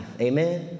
amen